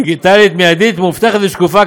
דיגיטלית מיידית, מאובטחת ושקופה.